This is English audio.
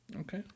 Okay